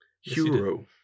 Hero